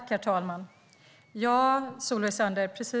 Herr talman!